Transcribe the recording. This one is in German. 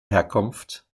herkunft